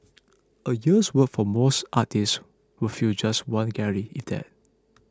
a year's work for most artists would fill just one gallery if that